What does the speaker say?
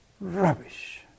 rubbish